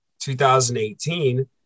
2018